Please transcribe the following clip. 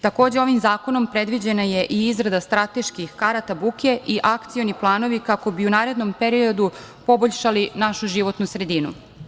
Takođe, ovim zakonom predviđena je i izrada strateških karata buke i akcioni planovi, kako bi u narednom periodu poboljšali našu životnu sredinu.